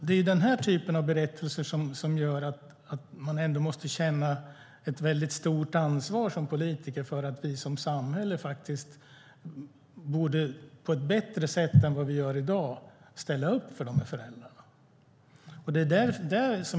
Det är den här typen av berättelser som gör att man ändå måste känna ett väldigt stort ansvar som politiker för att vi som samhälle borde på ett bättre sätt än vad vi gör i dag ställa upp för de föräldrarna.